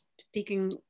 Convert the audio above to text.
speaking